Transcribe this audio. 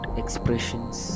expressions